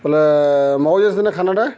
ବଲେ ମଗଉଚେଁ ସିନେ ଖାନାଟା